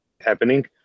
happening